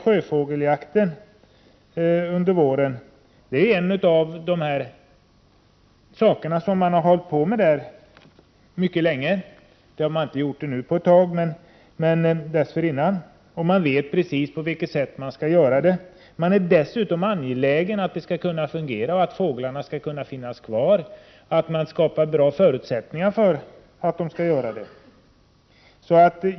Sjöfågelsjakten under våren är en sak man ägnat sig åt i skärgården mycket länge - ja, inte nu under den senaste tiden men dessförinnan. Man vet precis på vilket sätt denna jakt skall bedrivas, och man är dessutom angelägen om att skapa goda förutsättningar för att sjöfågeln skall finnas kvar.